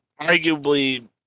arguably